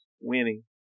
winning